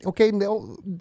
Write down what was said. Okay